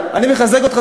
אני מחזק אותך,